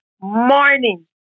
morning